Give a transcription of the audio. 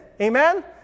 Amen